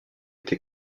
été